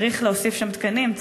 צריך להוסיף שם תקנים,